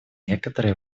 некоторое